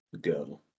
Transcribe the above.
go